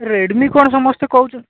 Redmi କ'ଣ ସମସ୍ତେ କହୁଛ